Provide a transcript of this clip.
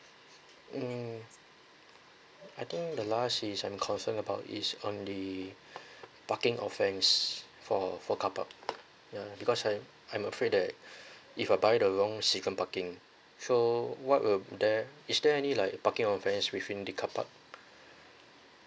um I think the last is I'm concerned about is on the parking offence for for carpark uh because I'm I'm afraid that if I buy the wrong season parking so what will would there is there any like parking offence within the carpark